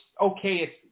okay